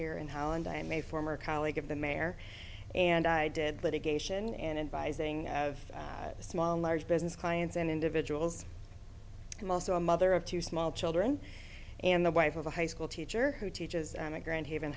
here in holland i am a former colleague of the mayor and i did litigation and advising have small and large business clients and individuals i'm also a mother of two small children and the wife of a high school teacher who teaches and a grand haven